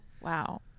Wow